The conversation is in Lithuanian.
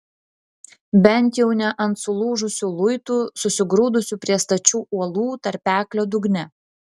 bent jau ne ant sulūžusių luitų susigrūdusių prie stačių uolų tarpeklio dugne